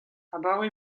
abaoe